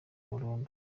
burundu